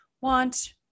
want